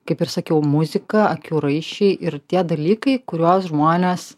kaip ir sakiau muzika akių raiščiai ir tie dalykai kuriuos žmonės